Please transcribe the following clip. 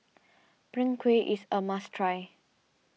Png Kueh is a must try